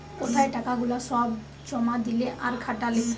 কোথায় টাকা গুলা সব জমা দিলে আর খাটালে